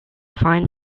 fine